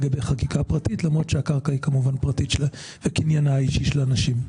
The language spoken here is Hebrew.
זאת למרות שהקרקע היא פרטית והיא הקניין האישי של אנשים.